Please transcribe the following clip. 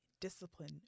discipline